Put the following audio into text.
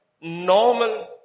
normal